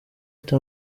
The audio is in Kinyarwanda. ati